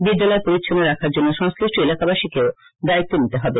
বিদ্যালয় পরিষ্হন্ন রাখার জন্য সংশ্লিষ্ট এলাকাবাসীকে দায়িত্ব নিতে হবে